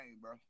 bro